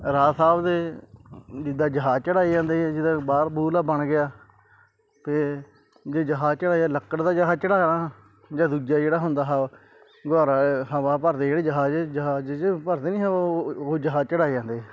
ਰਾਜਾ ਸਾਹਿਬ ਦੇ ਜਿੱਦਾਂ ਜਹਾਜ਼ ਚੜ੍ਹਾਏ ਜਾਂਦੇ ਆ ਜਿੱਦਾਂ ਬਾਹਰ ਬੁਹਰਲਾ ਬਣ ਗਿਆ ਅਤੇ ਜੇ ਜਹਾਜ਼ ਚੜ੍ਹਾਏ ਲੱਕੜ ਦਾ ਜਹਾਜ਼ ਚੜ੍ਹਾ ਜਾਣਾ ਦੂਜਾ ਜਿਹੜਾ ਹੁੰਦਾ ਹਵਾ ਗੁਬਾਰਾ ਹਵਾ ਭਰਦੇ ਜਿਹੜੇ ਜਹਾਜ਼ ਜਿਹੇ ਜਹਾਜ਼ ਜਿਹੇ 'ਚ ਭਰਦੇ ਨਹੀਂ ਉਹ ਉਹ ਜਹਾਜ਼ ਚੜ੍ਹਾਏ ਜਾਂਦੇ